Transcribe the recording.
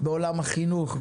בעולם החינוך,